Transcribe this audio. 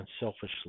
unselfishly